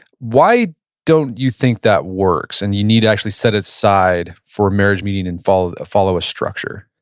why don't you think that works, and you need to actually set aside for a marriage meeting and follow follow a structure?